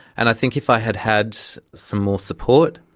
and i think if i had had some more support,